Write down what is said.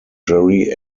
jerry